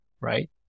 right